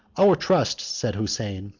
our trust, said hosein,